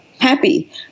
happy